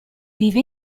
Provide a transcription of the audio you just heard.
vive